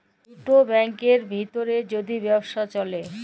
দুটা ব্যাংকের ভিত্রে যদি ব্যবসা চ্যলে